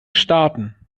starten